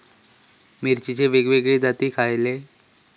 मिरचीचे वेगवेगळे जाती खयले?